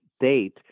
date